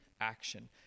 action